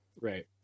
right